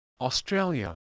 Australia